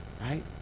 Right